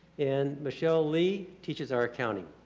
and michelle lee teaches our accounting.